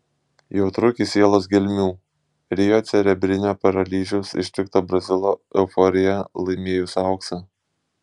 jautru iki sielos gelmių rio cerebrinio paralyžiaus ištikto brazilo euforija laimėjus auksą